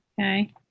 Okay